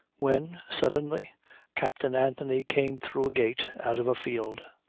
when suddenly captain anthony came through a gate out of a field.